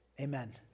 amen